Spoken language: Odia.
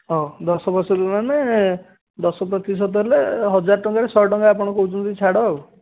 ହଁ ଦଶ ପ୍ରତିଶତ ମାନେ ଦଶ ପ୍ରତିଶତ ହେଲେ ହଜାର ଟଙ୍କାରେ ଶହେ ଟଙ୍କା ଆପଣ କହୁଛନ୍ତି ଛାଡ ଆଉ